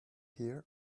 here